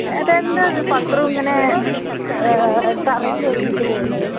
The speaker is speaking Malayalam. അതെന്തായിത് പത്രം ഇങ്ങനെ തറയിൽ എറിഞ്ഞിട്ട് പോകുന്നത്